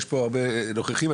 יש פה הרבה נוכחים.